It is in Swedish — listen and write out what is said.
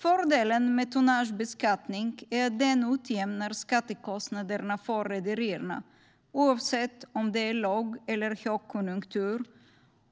Fördelen med tonnagebeskattning är att den utjämnar skattekostnaderna för rederierna, oavsett om det är låg eller högkonjunktur,